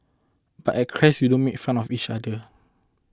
but at Crest we don't make fun of each other